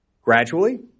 gradually